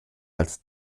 als